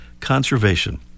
conservation